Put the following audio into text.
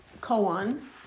koan